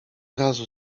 razu